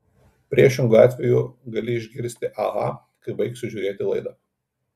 priešingu atveju gali išgirsti aha kai baigsiu žiūrėti laidą